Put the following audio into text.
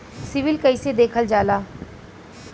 CIBIL कैसे देखल जाला?